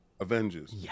Avengers